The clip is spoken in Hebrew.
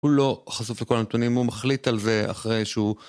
הוא לא חשוף לכל הנתונים, הוא מחליט על זה אחרי שהוא...